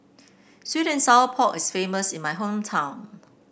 sweet and Sour Pork is famous in my hometown